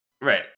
right